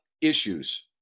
issues